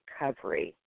recovery